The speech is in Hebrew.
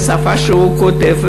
בשפה שהוא כותב.